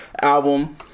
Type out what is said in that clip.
album